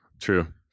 True